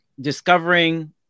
discovering